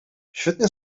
świetnie